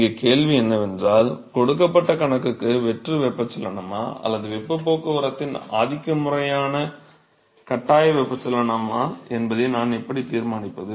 இங்கே கேள்வி என்னவென்றால் கொடுக்கப்பட்ட கணக்குக்கு வெற்று வெப்பச்சலனமா அல்லது வெப்பப் போக்குவரத்தின் ஆதிக்க முறையான கட்டாய வெப்பச்சலனமா என்பதை நான் எப்படி தீர்மானிப்பது